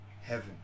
heaven